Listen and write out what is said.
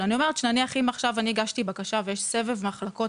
אבל אני אומרת שנניח אם עכשיו אני הגשתי בקשה ויש סבב מחלקות